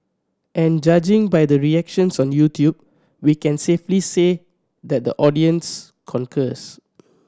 and judging by the reactions on YouTube we can safely say that the audience concurs